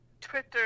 Twitter